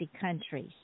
countries